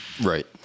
Right